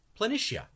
Planitia